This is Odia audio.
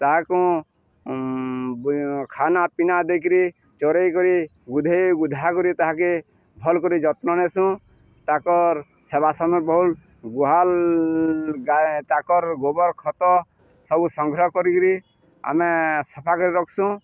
ତାହାକୁ ଖାନା ପିନା ଦେଇକିରି ଚରେଇକରି ବୁଧେଇ ବୁଧା କରି ତାହାକେ ଭଲ କରି ଯତ୍ନ ନେସୁଁ ତାକର୍ ସେବାସନ ବଲ ଗୁହାଲ ଗା ତାକର ଗୋବର ଖତ ସବୁ ସଂଗ୍ରହ କରିକିରି ଆମେ ସଫା କରି ରଖସୁଁ